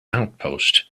outpost